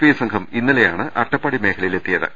I സംഘം ഇന്നലെയാണ് അട്ടപ്പാടി വനമേഖലയിലെത്തി യത്